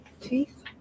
teeth